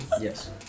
Yes